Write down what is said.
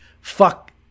fuck